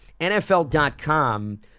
NFL.com